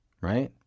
right